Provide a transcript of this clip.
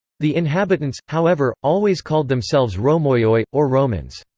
the inhabitants, however, always called themselves romaioi, or romans.